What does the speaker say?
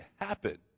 happen